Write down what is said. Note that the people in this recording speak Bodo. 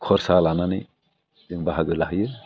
खरसा लानानै जों बाहागो लाहैयो